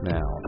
Now